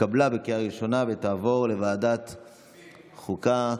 התקבלה בקריאה ראשונה ותעבור לוועדת חוקה.